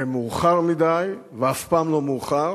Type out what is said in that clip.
ומאוחר מדי, ואף פעם לא מאוחר